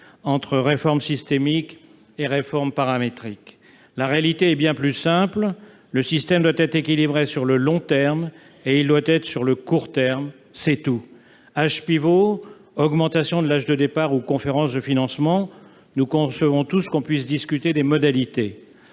entre réforme systémique et réforme paramétrique. La réalité est bien plus simple : le système doit être équilibré sur le long terme et il doit l'être sur le court terme, c'est tout. Âge pivot, augmentation de l'âge de départ ou conférence de financement, nous concevons tous qu'il est possible de discuter des modalités.